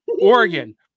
oregon